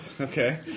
Okay